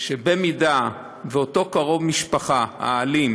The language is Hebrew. שאם אותו קרוב משפחה אלים